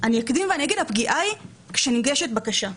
אני אקדים ואומר שהפגיעה היא כשמוגשת בקשה,